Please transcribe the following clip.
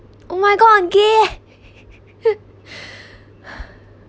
oh my god okay